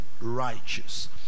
righteous